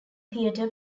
theater